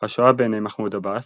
השואה בעיני מחמוד עבאס,